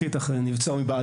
אך נבצר מבעדי.